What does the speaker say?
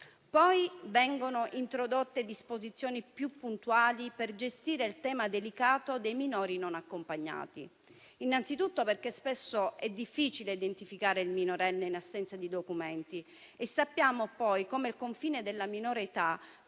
Vengono poi introdotte disposizioni più puntuali per gestire il delicato tema dei minori non accompagnati, innanzi tutto perché spesso è difficile identificare il minorenne in assenza di documenti e sappiamo poi quanto sia delicato il confine della minore